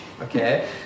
Okay